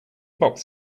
box